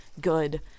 good